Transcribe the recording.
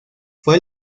fue